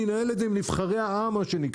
אני אנהל את זה עם נבחרי העם מה שנקרא,